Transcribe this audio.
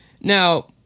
Now